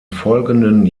folgenden